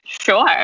Sure